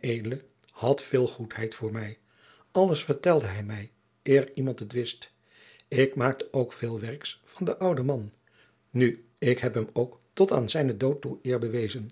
ed had veel goedheid voor mij alles vertelde hij mij eer iemand het wist ik maakte ook veel werks van den ouden man nu ik heb hem ook tot aan zijnen dood toe eer bewezen